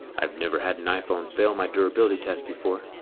i've never had an iphone fail my durability test before.